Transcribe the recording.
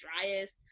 driest